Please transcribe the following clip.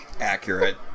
Accurate